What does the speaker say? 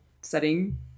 setting